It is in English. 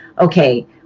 okay